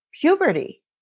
puberty